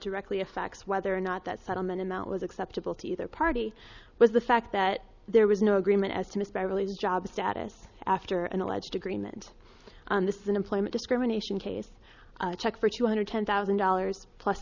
directly affects whether or not that settlement amount was acceptable to either party was the fact that there was no agreement as to missed by really job status after an alleged agreement on this employment discrimination case a check for two hundred ten thousand dollars plus